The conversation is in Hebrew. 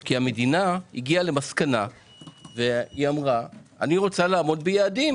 כי המדינה הגיעה למסקנה והיא אמרה - אני רוצה לעמוד ביעדים,